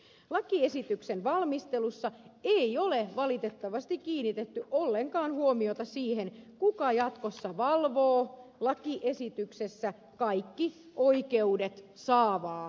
lakiesityksen valmistelussa ei ole valitettavasti kiinnitetty ollenkaan huomiota siihen kuka jatkossa valvoo lakiesityksessä kaikki oikeudet saavaa valvojaa